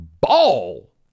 ball